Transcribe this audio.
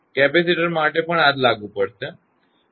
capacitor માટે પણ આ જ લાગુ પડશે